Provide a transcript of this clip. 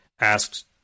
asked